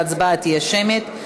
ההצבעה תהיה שמית.